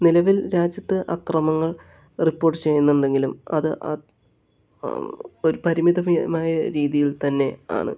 നിലവിൽ രാജ്യത്ത് അക്രമങ്ങൾ റിപ്പോർട്ട് ചെയ്യുന്നുണ്ടെങ്കിലും അത് അ ഒരു പരിമിതമായ രീതിയിൽ തന്നെ ആണ്